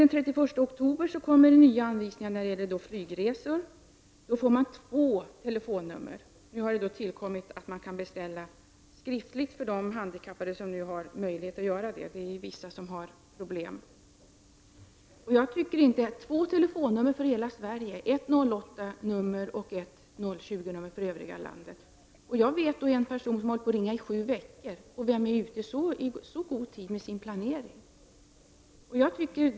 Den 31 oktober kom nya anvisningar för flygresor — där gavs två telefonnummer som man kan ringa. Nu kan man beställa biljett även skriftligen. En del handikappade har möjlighet att göra det, eftersom vissa av dem ju har problem att ringa. Jag tycker inte att två telefonnummer för hela Sverige — ett 08-nummer och ett 020-nummer = är tillräckligt. Jag känner till en person som försökt ringa i sju veckor — vem har så god planering?